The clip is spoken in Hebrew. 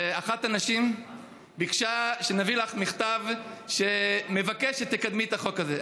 ואחת הנשים ביקשה שנביא לך מכתב שמבקש שתקדמי את החוק הזה.